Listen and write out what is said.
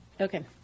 okay